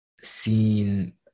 seen